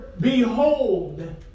behold